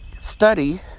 study